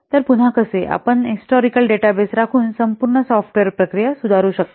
तर पुन्हा कसे आपण हिस्टोरिकल डेटाबेस राखून संपूर्ण सॉफ्टवेअर प्रक्रिया सुधारू शकता